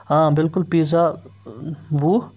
آ بالکُل پیٖزا وُہ